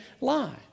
lie